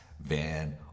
Van